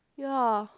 ya